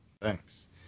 Thanks